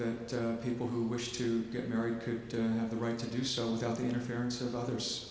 that people who wish to get married could have the right to do so without the interference of others